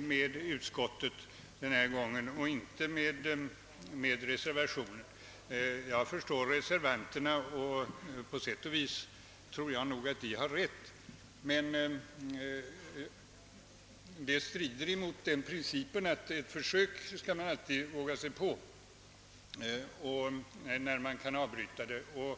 med utskottet den här gången och inte för reservationen. Jag förstår visserligen reservanterna, och på sätt och vis tror jag att de har rätt, men deras förslag strider mot principen att man alltid skall våga sig på ett försök om man vid behov kan avbryta detta.